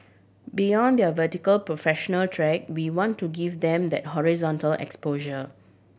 beyond their vertical professional track we want to give them that horizontal exposure